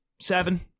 seven